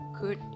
good